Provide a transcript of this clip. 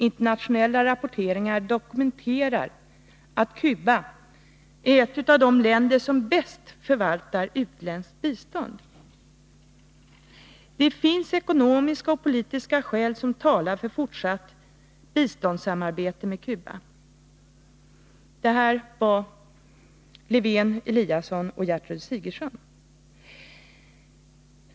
”Internationella rapporteringar dokumenterar att Kuba är ett av de länder som bäst förvaltar utländskt bistånd”. ”Det finns ekonomiska och politiska skäl som talar för fortsatt biståndssamarbete med Kuba”. Ovanstående klara formuleringar gjordes av socialdemokratiska riksdagsledamöter i kammaren .